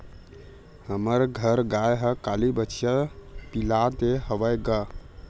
हमर घर गाय ह काली बछिया पिला दे हवय गा